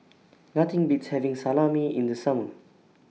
Nothing Beats having Salami in The Summer